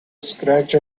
scratch